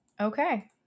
Okay